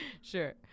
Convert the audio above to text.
sure